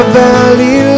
valley